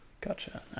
Gotcha